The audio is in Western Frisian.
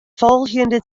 folgjende